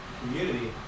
community